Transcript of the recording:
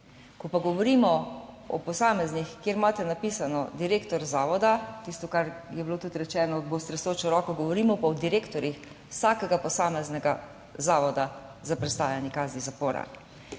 Ko pa govorimo o posameznih, kjer imate napisano direktor zavoda, tisto, kar je bilo tudi rečeno, bo s tresočo roko, govorimo pa o direktorjih vsakega posameznega zavoda za prestajanje kazni zapora.